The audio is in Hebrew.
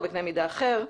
או בקנה מידה אחר,